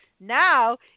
now